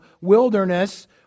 wilderness